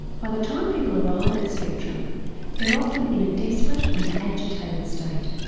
by the time people arrive at spectrum they're often in a desperate and agitated state.